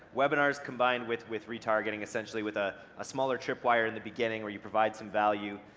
webinars combined with with re-targeting essentially with ah a smaller tripwire in the beginning, where you provide some value,